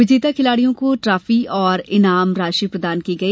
विजेता खिलाड़ियों को ट्राफी और इनामी राशि प्रदान की गई